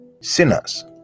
Sinners